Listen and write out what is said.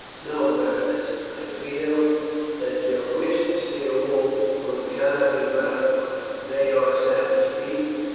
no, berenice, i fear that your wish to see a wolf hunt cannot be gratified they are savage beasts,